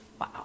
Wow